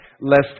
lest